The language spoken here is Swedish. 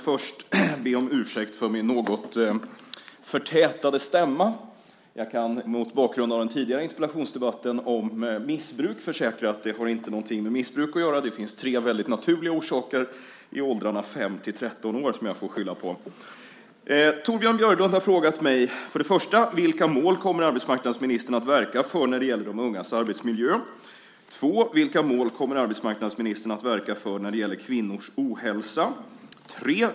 Fru talman! Torbjörn Björlund har frågat mig: 1. Vilka mål kommer arbetsmarknadsministern att verka för när det gäller de ungas arbetsmiljö? 2. Vilka mål kommer arbetsmarknadsministern att verka för när det gäller kvinnors ohälsa? 3.